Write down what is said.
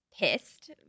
pissed